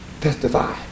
testify